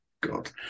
God